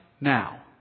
now